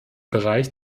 bereich